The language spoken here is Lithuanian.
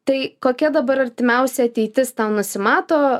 tai kokia dabar artimiausia ateitis tau nusimato